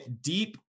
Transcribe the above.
deep